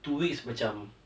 two weeks macam